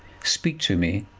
speak to me,